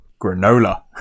granola